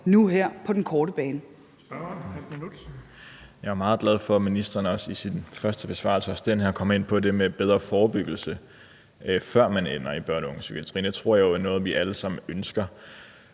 13:15 Mads Olsen (SF): Jeg er meget glad for, at ministeren både i sin første besvarelse og også i den her kommer ind på det med bedre forebyggelse, før man ender i børne- og ungdomspsykiatrien. Det tror jeg er noget vi alle sammen ønsker.